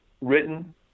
written